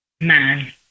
Man